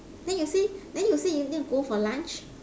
then you say then you say you need to go for lunch